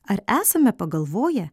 ar esame pagalvoję